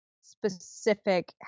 specific